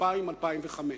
2000 2005,